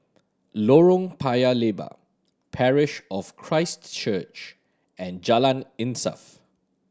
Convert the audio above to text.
Lorong Paya Lebar Parish of Christ Church and Jalan Insaf